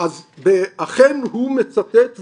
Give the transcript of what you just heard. אז אכן הוא מצטט ואומר: